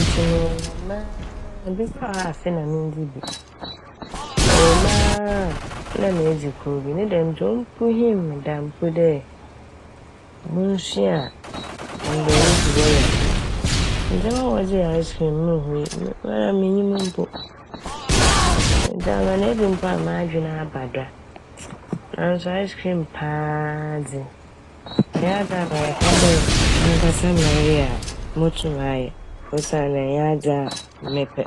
ntsi no ɔwɔ mu aaa, bi wɔ hɔ mpo a afe na minndzii bi, ɔwɔ mu aaa na medzi kor bi. Ne dɛm ntsi opuhenee me da mpo dɛ monsua mbrɛ wosi wɔyɛ no. Ndzɛma a wɔdze yɛ "ice cream" munnhu, mara minnyim mpo. Ntsi amaa na ebi a m'adwen aba do a naaso "ice cream " paa dze ɔnnyɛ adze a mereka a ,dɛ mankasa mereyɛ a motum mayɛ osiandɛ ɔnnyɛ adze a mepɛ.